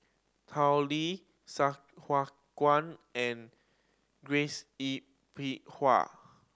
Tao Li Sai Hua Kuan and Grace Yin Peck Ha